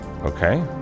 okay